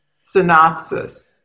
synopsis